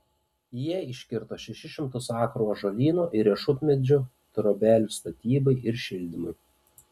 jie iškirto šešis šimtus akrų ąžuolyno ir riešutmedžių trobelių statybai ir šildymui